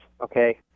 okay